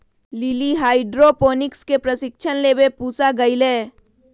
lily hydroponics के प्रशिक्षण लेवे पूसा गईलय